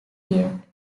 period